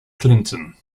clinton